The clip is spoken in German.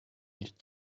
nicht